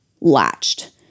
latched